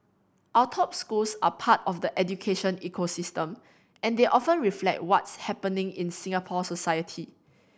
our top schools are part of the education ecosystem and they often reflect what's happening in Singapore society